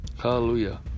Hallelujah